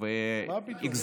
אבל השכר נשחק, עליות מחירים.